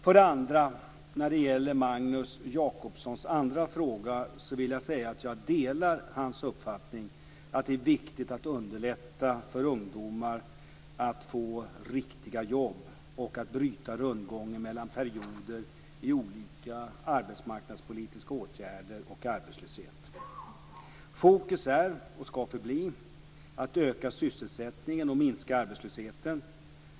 För det andra: När det gäller Magnus Jacobssons andra fråga vill jag säga att jag delar hans uppfattning att det är viktigt att underlätta för ungdomar att få riktiga jobb och att bryta rundgången mellan perioder i olika arbetsmarknadspolitiska åtgärder och arbetslöshet. Fokus är, och skall förbli, att öka sysselsättningen och minska arbetslösheten.